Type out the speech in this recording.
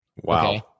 Wow